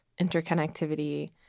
interconnectivity